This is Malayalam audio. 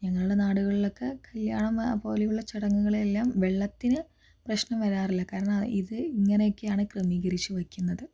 ഞങ്ങളുടെ നാടുകളിലൊക്കെ കല്യാണം പോലെയുള്ള ചടങ്ങുകളിലെല്ലാം വെള്ളത്തിന് പ്രശ്നം വരാറില്ല കാരണം ഇത് ഇങ്ങനെയൊക്കെയാണ് ക്രമീകരിച്ചു വയ്ക്കുന്നത്